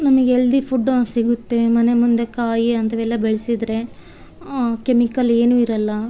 ನಮಗೆ healthy food ಸಿಗುತ್ತೆ ಮನೆ ಮುಂದೆ ಕಾಯಿ ಅಂಥವೆಲ್ಲ ಬೆಳೆಸಿದರೆ ಕೆಮಿಕಲ್ ಏನೂ ಇರೋಲ್ಲ